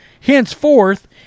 Henceforth